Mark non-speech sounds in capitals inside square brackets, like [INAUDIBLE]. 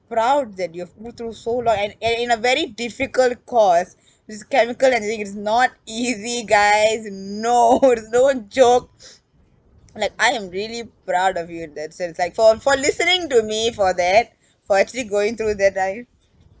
proud that you have pulled through so lot and and in a very difficult course [BREATH] this chemical engineering is not easy guys no [LAUGHS] it's no joke [BREATH] like I am really proud of you in that sense like for for listening to me for that for actually going through that time